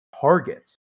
targets